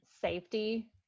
safety